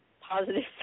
positive